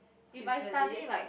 is really